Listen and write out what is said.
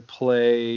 play